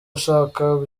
ushaka